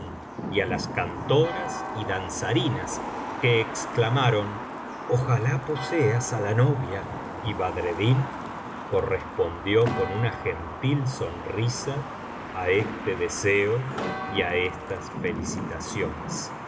á las cantoras y danzarinas que exclamaron ojalá poseas á la novia y badreddin correspondió con una gentil sonrisa á este deseo y á estas felicitaciones